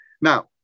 Now